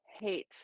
hate